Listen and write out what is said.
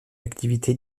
activité